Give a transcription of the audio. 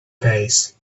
pace